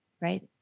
right